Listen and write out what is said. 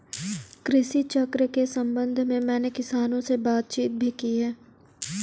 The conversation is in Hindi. कृषि चक्र के संबंध में मैंने किसानों से बातचीत भी की है